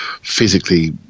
physically